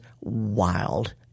wild